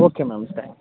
okay ma'am thanks